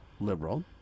liberal